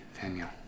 Daniel